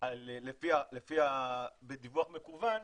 בדיווח מקוון,